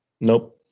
Nope